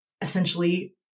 essentially